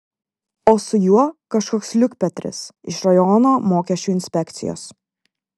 o su juo kažkoks liukpetris iš rajono mokesčių inspekcijos